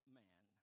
man